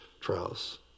trials